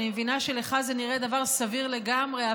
אני מבינה שלך זה נראה דבר סביר לגמרי,